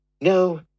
No